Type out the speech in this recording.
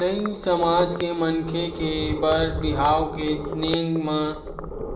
नाई समाज के मनखे के बर बिहाव के नेंग म